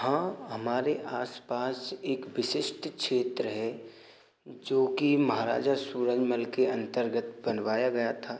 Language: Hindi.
हाँ हमारे आसपास एक विशिस्ट क्षेत्र है जो कि महाराजा सूरजमल के अंतर्गत बनवाया गया था